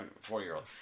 four-year-old